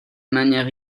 manière